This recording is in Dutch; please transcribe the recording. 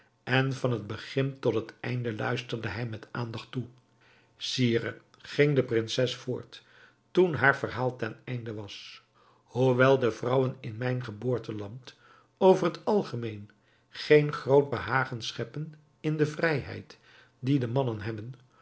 en van het begin tot het einde luisterde hij met aandacht toe sire ging de prinses voort toen haar verhaal ten einde was hoewel de vrouwen in mijn geboorteland over het algemeen geen groot behagen scheppen in de vrijheid die de mannen hebben